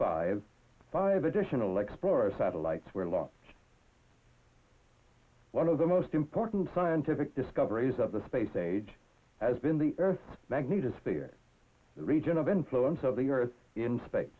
five five additional explore satellites were lost one of the most important scientific discoveries of the space age has been the earth's magnetosphere region of influence of the earth inspect